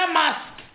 mask